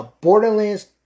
Borderlands